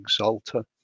exalter